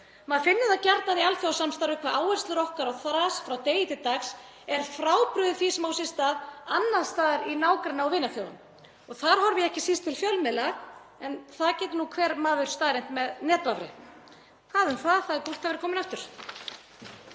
Maður finnur það gjarnan í alþjóðasamstarfi hvað áherslur okkar og þras frá degi til dags er frábrugðið því sem á sér stað annars staðar hjá nágranna- og vinaþjóðum, og þar horfi ég ekki síst til fjölmiðla, en það getur nú hver maður staðreynt með netvafri. En hvað um það. Það er gott að vera komin aftur.